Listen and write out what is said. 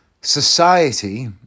society